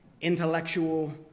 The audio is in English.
intellectual